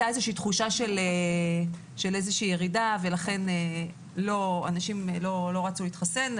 הייתה תחושה של איזושהי ירידה ולכן אנשים לא רצו להתחסן.